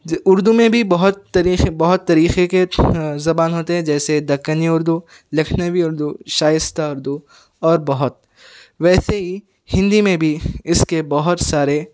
اردو میں بھی بہت طریقے بہت طریقے کے زبان ہوتے ہے جیسے دکنی اردو لکھنوی اردو شائستہ اردو اور بہت ویسے ہی ہندی میں بھی اس کے بہت سارے